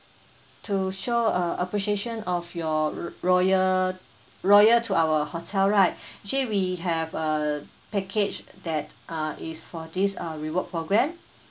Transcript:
to show a appreciation of your r~ royal royal to our hotel right actually we have a package that uh is for this uh reward program